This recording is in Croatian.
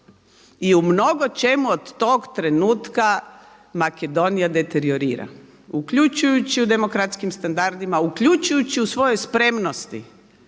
i u mnogočemu od trenutka Makedonija deteriorira, uključujući u demokratskim standardima, uključujući u svojoj spremnosti